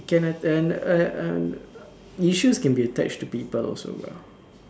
it can uh issues can be attached to people always [what]